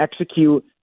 execute